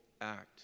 act